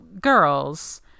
girls